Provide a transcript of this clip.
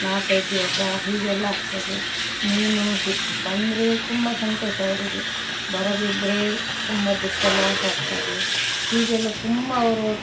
ನಾಲ್ಕೈದು ದಿವಸ ಹೀಗೆಲ್ಲ ಆಗ್ತದೆ ಮೀನು ಹಿ ಬಂದರೆ ತುಂಬ ಸಂತೋಷ ಅವರಿಗೆ ಬರದಿದ್ದರೆ ತುಂಬ ದುಃಖ ಲಾಸ್ ಆಗ್ತದೆ ಹೀಗೆಲ್ಲ ತುಂಬ ಅವರು